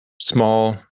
small